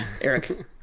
Eric